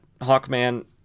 Hawkman